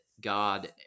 God